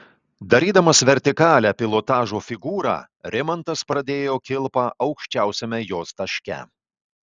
darydamas vertikalią pilotažo figūrą rimantas pradėjo kilpą aukščiausiame jos taške